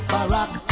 Barack